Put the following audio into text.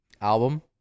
album